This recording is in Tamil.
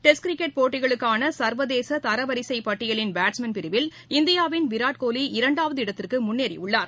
டெஸ்ட் கிரிக்கெட் போட்டிகளுக்கான சா்வதேச தரவரிசை பட்டியலின் பேட்ஸ்மேன் பிரிவில் இந்தியாவின் விராட்கோலி இரண்டாவது இடத்திற்கு முன்னேறியுள்ளார்